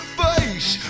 face